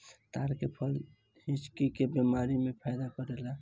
ताड़ के फल हिचकी के बेमारी में भी फायदा करेला